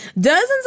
Dozens